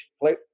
play